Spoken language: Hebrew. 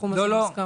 הסכום הזה מוסכם.